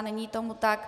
Není tomu tak.